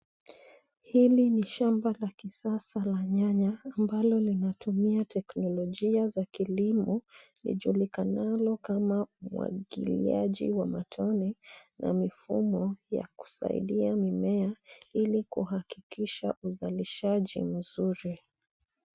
Hili ni shamba la kisasa la nyanya ambalo linatumia teknolojia za kilimo lijulikanalo kama umwagiliaji wa matone na kifumo ya kusaidia mimea ili kuhakikisha uzalishaji mzuri.